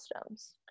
systems